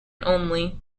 only